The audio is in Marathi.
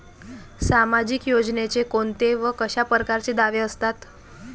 सामाजिक योजनेचे कोंते व कशा परकारचे दावे असतात?